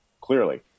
Clearly